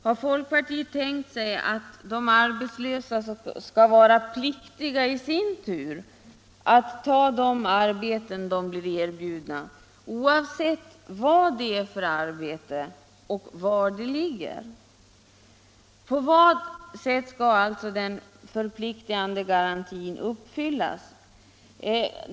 Har folkpartiet tänkt sig att de arbetslösa i sin tur skall vara pliktiga att ta det arbete de blir erbjudna, oavsett vad det är för arbete och var arbetsplatsen ligger? På vad sätt skall alltså den förpliktande garantin uppfyllas?